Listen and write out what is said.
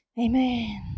Amen